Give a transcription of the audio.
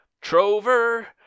Trover